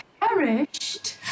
perished